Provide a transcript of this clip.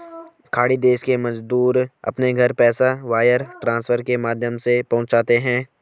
खाड़ी देश के मजदूर अपने घर पैसा वायर ट्रांसफर के माध्यम से पहुंचाते है